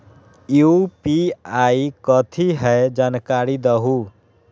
UPI कथी है? जानकारी दहु